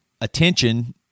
Attention